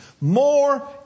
more